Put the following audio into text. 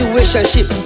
Relationship